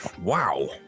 wow